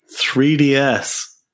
3DS